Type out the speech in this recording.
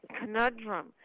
conundrum